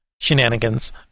shenanigans